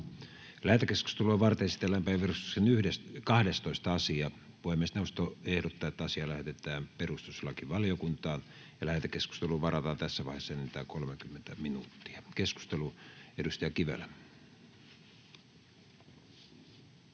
Lähetekeskustelua varten esitellään päiväjärjestyksen 12. asia. Puhemiesneuvosto ehdottaa, että asia lähetetään perustuslakivaliokuntaan. Lähetekeskusteluun varataan tässä vaiheessa enintään 30 minuuttia. — Edustaja Kivelä.